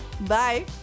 Bye